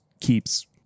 keeps